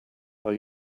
are